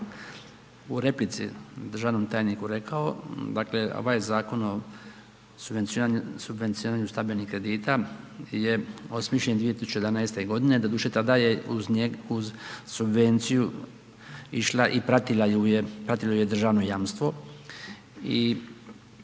u replici državnom tajniku rekao, dakle, ovaj Zakon o subvencioniranju stambenih kredita je osmišljen 2011.g., doduše, tada je uz subvenciju išla i pratilo ju je državno jamstvo